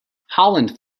holland